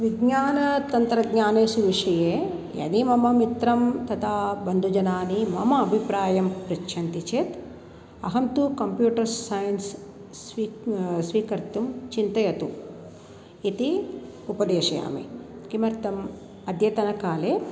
विज्ञानस्य तन्त्रज्ञानस्य विषये यदि मम मित्रं तथा बन्धुजनाः मम अभिप्रायं पृच्छन्ति चेत् अहं तु कम्प्यूटर्स् सैन्स् स्वी स्वीकर्तुं चिन्तयतु इति उपदिशामि किमर्थम् अद्यतनकाले